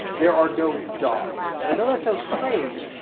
there are no dogs. and i know that sounds strange,